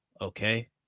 Okay